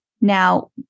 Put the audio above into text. Now